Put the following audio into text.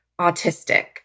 autistic